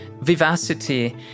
vivacity